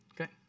Okay